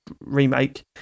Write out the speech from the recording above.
remake